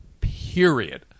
Period